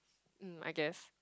mm I guess